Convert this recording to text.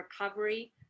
recovery